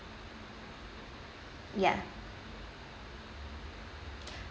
ya